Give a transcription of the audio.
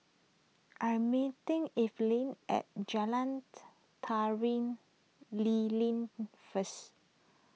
I am meeting Evelyn at Jalan Tari Lilin first